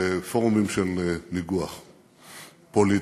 לפורומים של ניגוח פוליטי.